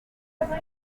babizi